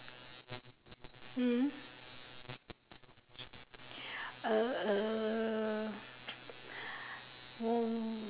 hmm err